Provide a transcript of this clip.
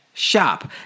shop